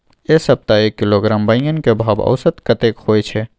ऐ सप्ताह एक किलोग्राम बैंगन के भाव औसत कतेक होय छै?